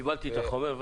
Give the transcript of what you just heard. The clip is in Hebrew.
קיבלתי את החומר.